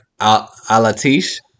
Alatish